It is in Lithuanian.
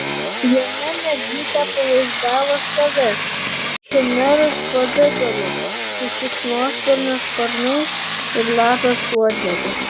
jame mergytė pavaizdavo save chimeros pavidalu su šikšnosparnio sparnais ir lapės uodega